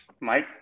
Mike